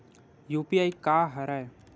UPI का हरय?